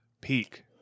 Peak